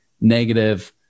negative